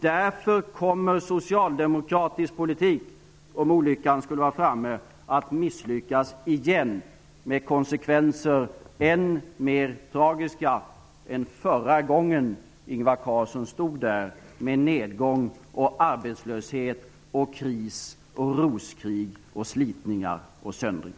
Därför kommer socialdemokratisk politik, om olyckan skulle vara framme, att misslyckas igen med än mer tragiska konsekvenser än förra gången Ingvar Carlsson stod där med nedgång, arbetslöshet, kris, rosornas krig, slitningar och söndring.